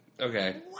Okay